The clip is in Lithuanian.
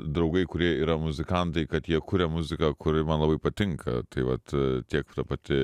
draugai kurie yra muzikantai kad jie kuria muziką kuri man labai patinka tai vat tiek ta pati